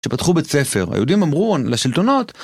כשפתחו בית ספר היהודים אמרו לשלטונות